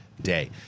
day